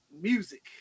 music